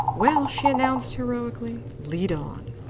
well, she announced heroically, lead on.